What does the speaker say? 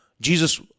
Jesus